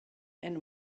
and